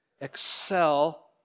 excel